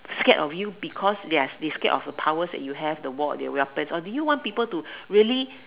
scared of you because they are scared of the powers that you have the war do you want people to really